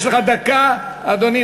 יש לך דקה, אדוני.